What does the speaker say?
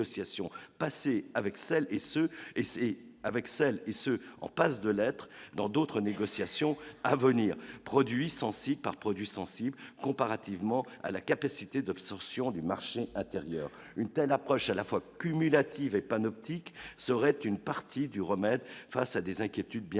c'est avec celles et ceux en passe de l'être dans d'autres négociations à venir produit Cencic par produits sensibles, comparativement à la capacité d'absorption du marché intérieur, une telle approche à la fois cumulative et panoptique serait une partie du remède face à des inquiétudes bien légitimes